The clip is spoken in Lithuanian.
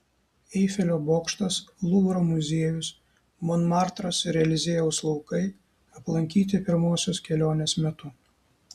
eifelio bokštas luvro muziejus monmartras ir eliziejaus laukai aplankyti pirmosios kelionės metu